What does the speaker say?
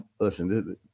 listen